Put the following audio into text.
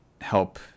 help